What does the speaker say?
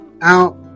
out